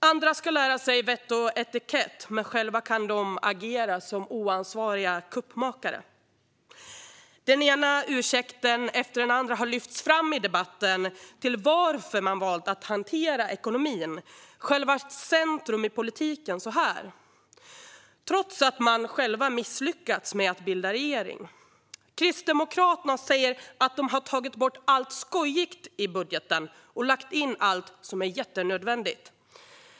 Andra ska lära sig vett och etikett men själva kan de agera som oansvariga kuppmakare. Den ena ursäkten efter den andra har lyfts fram i debatten till varför man valt att hantera ekonomin, själva centrum i politiken, så här - detta trots att man har misslyckats med att bilda regering. Krisdemokraterna säger att de tagit bort allt skojigt i budgeten och lagt in allt som är jättenödvändigt.